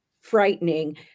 frightening